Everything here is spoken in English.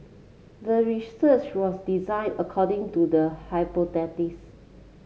the research was designed according to the hypothesis